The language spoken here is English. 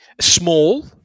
Small